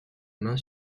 main